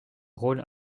rôle